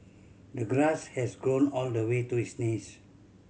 the grass has grown all the way to his knees